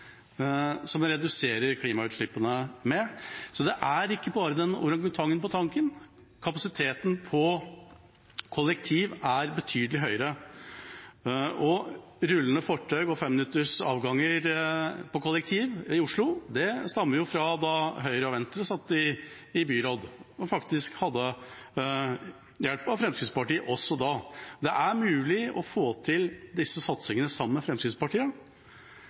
som man reduserer klimagassutslippene med. Så det er ikke bare den orangutangen på tanken, kapasiteten på kollektiv er betydelig større. Rullende fortau og 5-minutters avganger på kollektiv i Oslo stammer fra da Høyre og Venstre satt i byråd og faktisk hadde hjelp av Fremskrittspartiet også da. Det er mulig å få til disse satsingene sammen med Fremskrittspartiet.